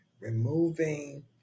removing